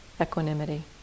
equanimity